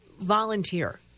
volunteer